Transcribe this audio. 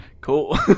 Cool